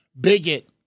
bigot